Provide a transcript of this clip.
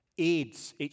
AIDS